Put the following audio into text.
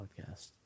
podcast